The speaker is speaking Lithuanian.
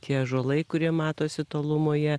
tie ąžuolai kurie matosi tolumoje